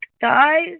guys